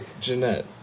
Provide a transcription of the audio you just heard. Jeanette